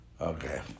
Okay